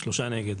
3 נמנעים,